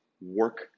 work